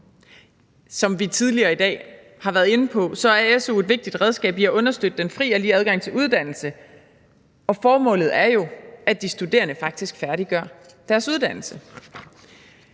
Som vi tidligere i dag har været inde på, er su et vigtigt redskab i at understøtte den frie og lige adgang til uddannelse, og formålet er jo, at de studerende faktisk færdiggør deres uddannelse.